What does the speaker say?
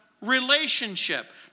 relationship